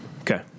Okay